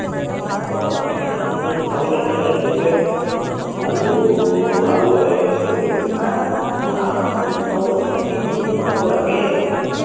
তেনেকুৱা কথা জীয়াই থাকোতেতো খাব লাগি গতিকে আলু আলু এবিঘা নহ'ব নেকি